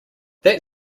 that